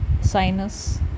sinus